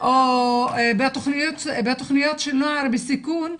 או בתוכניות של נוער בסיכון,